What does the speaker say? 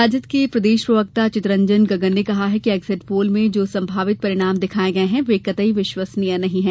राजद के प्रदेश प्रवक्ता चितरंजन गगन ने कहा कि एग्ज़िट पोल में जो संभावित परिणाम दिखाए गए हैं वे कतई विश्वसनीय नहीं है